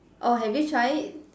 orh have you tried it